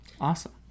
Awesome